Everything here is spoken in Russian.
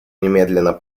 немедленно